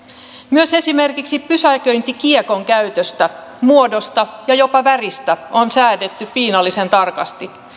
myös esimerkiksi pysäköintikiekon käytöstä muodosta ja jopa väristä on säädetty piinallisen tarkasti